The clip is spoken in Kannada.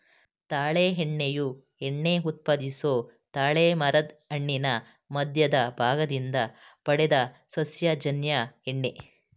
ತಾಳೆ ಎಣ್ಣೆಯು ಎಣ್ಣೆ ಉತ್ಪಾದಿಸೊ ತಾಳೆಮರದ್ ಹಣ್ಣಿನ ಮಧ್ಯದ ಭಾಗದಿಂದ ಪಡೆದ ಸಸ್ಯಜನ್ಯ ಎಣ್ಣೆ